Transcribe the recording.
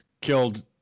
killed